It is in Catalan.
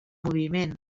moviment